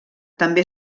també